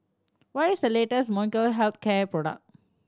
what is the latest Molnylcke Health Care product